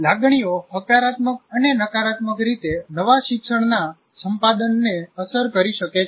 લાગણીઓ હકારાત્મક અને નકારાત્મક રીતે નવા શિક્ષણના સંપાદનને અસર કરી શકે છે